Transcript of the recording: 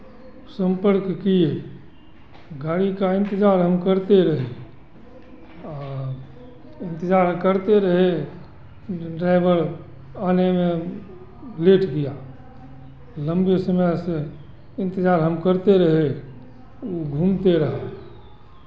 सम्पर्क किए गाड़ी का इन्तज़ार हम करते रहे आ इन्तज़ार करते रहे ड्राइवर आने में लेट किया लम्बे समय से इन्तज़ार हम करते रहे वो घूमते रहा